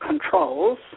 controls